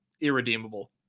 irredeemable